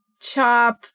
chop